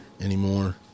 anymore